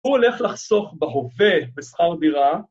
‫הוא הולך לחסוך בהווה בשכר דירה.